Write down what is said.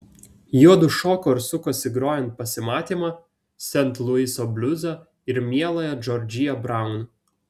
juodu šoko ir sukosi grojant pasimatymą sent luiso bliuzą ir mieląją džordžiją braun